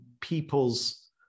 people's